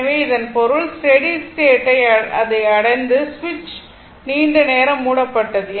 எனவே இதன் பொருள் ஸ்டெடி ஸ்டேட் ஐ அதை அடைந்தது சுவிட்ச் நீண்ட நேரம் மூடப்பட்டது